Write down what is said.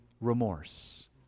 remorse